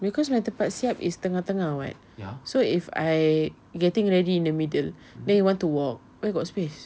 because my tempat siap is tengah tengah what so if I getting ready in the middle abeh you want to walk where got space